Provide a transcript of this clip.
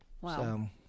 Wow